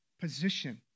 position